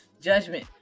judgment